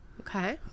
Okay